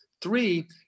Three